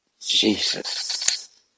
Jesus